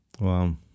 Wow